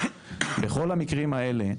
בכל המקרים האלה,